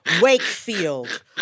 Wakefield